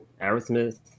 Aerosmith